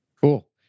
Cool